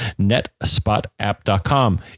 NetSpotApp.com